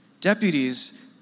deputies